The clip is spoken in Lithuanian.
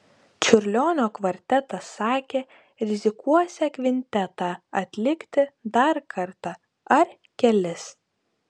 čiurlionio kvartetas sakė rizikuosią kvintetą atlikti dar kartą ar kelis